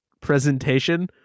presentation